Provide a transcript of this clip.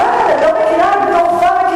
כדי להכניס את כל הדברים שאת רוצה.